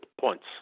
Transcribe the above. points